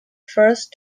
first